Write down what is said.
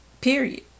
period